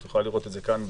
את יכולה לראות את זה כאן.